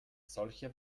solche